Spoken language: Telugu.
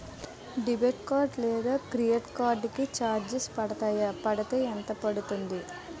డెబిట్ కార్డ్ లేదా క్రెడిట్ కార్డ్ కి చార్జెస్ పడతాయా? పడితే ఎంత పడుతుంది?